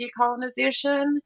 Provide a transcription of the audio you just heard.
decolonization